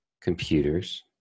computers